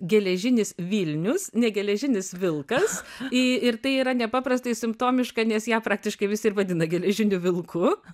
geležinis vilnius ne geležinis vilkas į ir tai yra nepaprastai simptomiška nes ją praktiškai visi ir vadina geležiniu vilku